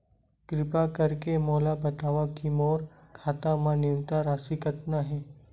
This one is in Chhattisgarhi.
किरपा करके मोला बतावव कि मोर खाता मा न्यूनतम राशि कतना हे